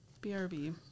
BRB